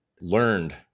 learned